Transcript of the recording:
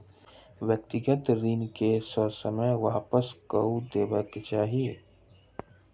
व्यक्तिगत ऋण के ससमय वापस कअ देबाक चाही